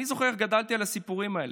אני זוכר איך גדלתי על הסיפורים האלה,